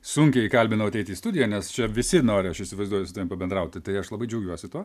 sunkiai įkalbinau ateiti į studiją nes čia visi nori aš įsivaizduoju su tavim pabendrauti tai aš labai džiaugiuosi tuo